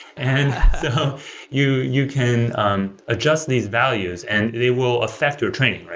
and um you you can um adjust these values and they will affect your training.